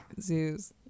zoos